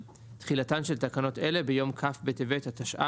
אני אקריא את הנוסח: "תחילה תחילתן של תקנות אלה ביום כ' בטבת התשע"ו